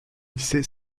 lycée